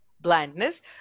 blindness